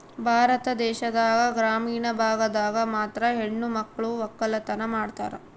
ಭಾರತ ದೇಶದಾಗ ಗ್ರಾಮೀಣ ಭಾಗದಾಗ ಮಾತ್ರ ಹೆಣಮಕ್ಳು ವಕ್ಕಲತನ ಮಾಡ್ತಾರ